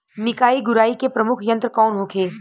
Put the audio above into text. निकाई गुराई के प्रमुख यंत्र कौन होखे?